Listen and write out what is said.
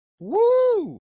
Woo